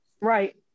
right